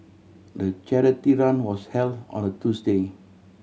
the charity run was held on a Tuesday